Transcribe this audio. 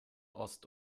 ost